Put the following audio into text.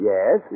Yes